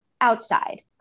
Outside